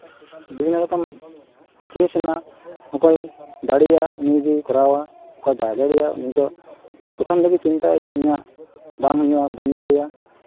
ᱵᱤᱵᱷᱤᱱᱱᱚ ᱨᱚᱠᱚᱢ ᱡᱤᱱᱤᱥ ᱢᱮᱱᱟᱜᱼᱟ ᱚᱠᱚᱭ ᱫᱟᱲᱮᱭᱟᱜ ᱩᱱᱤ ᱜᱮᱭ ᱠᱚᱨᱟᱣᱟ ᱚᱠᱚᱭ ᱵᱟᱭ ᱫᱟᱲᱮᱭᱟᱜ ᱩᱱᱤᱫᱚ ᱯᱨᱚᱛᱷᱚᱢ ᱨᱮᱜᱮᱭ ᱪᱤᱱᱛᱟᱹᱜ ᱟᱭ ᱡᱮ ᱤᱧᱟᱹᱜ ᱵᱟᱝ ᱦᱩᱭᱩᱜᱼᱟ ᱵᱟᱹᱧ ᱫᱟᱲᱮᱭᱟᱜᱼᱟ